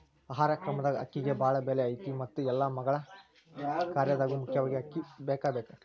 ಆಹಾರ ಕ್ರಮದಾಗ ಅಕ್ಕಿಗೆ ಬಾಳ ಬೆಲೆ ಐತಿ ಮತ್ತ ಎಲ್ಲಾ ಮಗಳ ಕಾರ್ಯದಾಗು ಮುಖ್ಯವಾಗಿ ಅಕ್ಕಿ ಬೇಕಬೇಕ